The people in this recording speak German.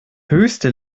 höchste